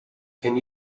can